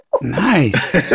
Nice